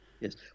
Yes